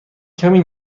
کمی